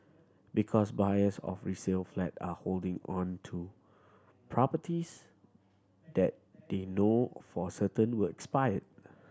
because buyers of resale flat are holding on to properties that they know for certain will expire